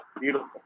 beautiful